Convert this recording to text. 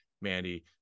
Mandy